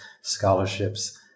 scholarships